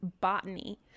botany